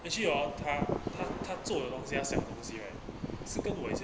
actually hor 他他做的东西他想的东西 right 是跟我以前